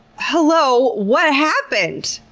hello, what happened?